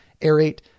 aerate